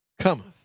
cometh